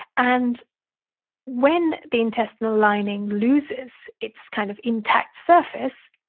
and when the intestinal lining loses its kind of intact surface,